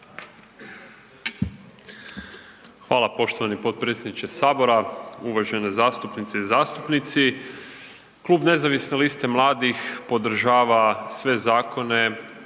Hvala poštovani potpredsjedniče Sabora, uvažene zastupnice i zastupnici. Klub Nezavisne liste mladih podržava sve zakone